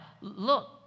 Look